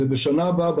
ובשנה הבאה,